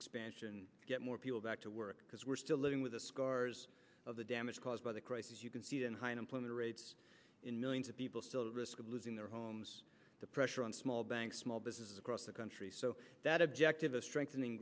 expansion to get more people back to work because we're still living with the scars of the damage caused by the crisis you can see it in high employment rates in millions of people still the risk of losing their homes the pressure on small banks small businesses across the country so that objective of strengthening